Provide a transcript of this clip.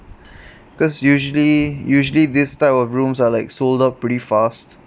because usually usually this type of rooms are like sold out pretty fast